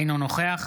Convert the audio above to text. אינו נוכח